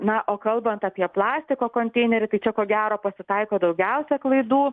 na o kalbant apie plastiko konteinerį tai čia ko gero pasitaiko daugiausia klaidų